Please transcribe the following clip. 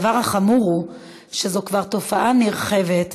הדבר החמור הוא שזו כבר תופעה נרחבת,